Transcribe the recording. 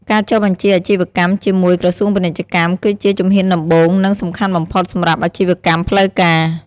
ការចុះបញ្ជីអាជីវកម្ម ជាមួយ ក្រសួងពាណិជ្ជកម្ម គឺជា ជំហានដំបូង និង សំខាន់បំផុត សម្រាប់ អាជីវកម្មផ្លូវការ។